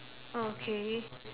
okay